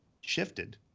shifted